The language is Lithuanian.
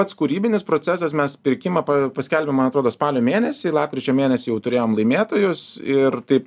pats kūrybinis procesas mes pirkimą pa paskelbėm man atrodo spalio mėnesį lapkričio mėnesį jau turėjom laimėtojus ir taip